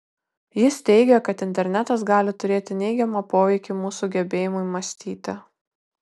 jis teigia kad internetas gali turėti neigiamą poveikį mūsų gebėjimui mąstyti